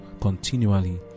continually